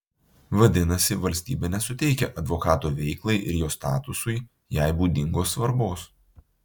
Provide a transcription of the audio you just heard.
vadinasi valstybė nesuteikia advokato veiklai ir jo statusui jai būdingos svarbos